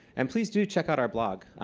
and please do check out our blog.